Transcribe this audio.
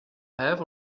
have